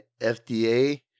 FDA